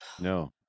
No